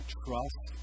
trust